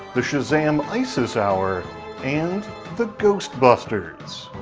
the shazam isis hour and the ghost busters.